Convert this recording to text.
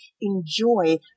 enjoy